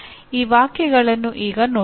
ಈ ವಾಕ್ಯಗಳನ್ನು ಈಗ ನೋಡೋಣ